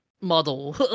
model